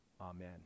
Amen